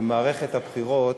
במערכת הבחירות